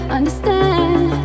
Understand